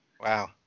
Wow